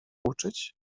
uczyć